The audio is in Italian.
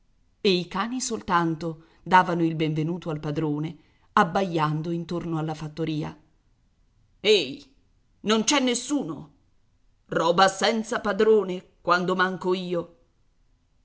e i cani soltanto davano il benvenuto al padrone abbaiando intorno alla fattoria ehi non c'è nessuno roba senza padrone quando manco io